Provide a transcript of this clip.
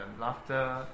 laughter